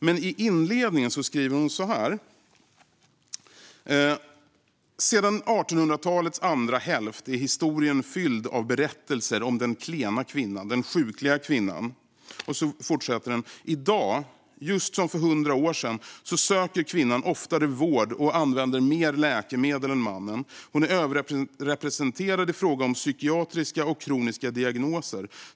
Men i inledningen skriver hon följande: Sedan 1800-talets andra hälft är historien fylld av berättelser om den klena kvinnan, den sjukliga kvinnan. Hon fortsätter: I dag, just som för 100 år sedan, söker kvinnan oftare vård och använder mer läkemedel än mannen. Hon är överrepresenterad i fråga om psykiatriska och kroniska diagnoser.